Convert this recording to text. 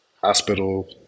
Hospital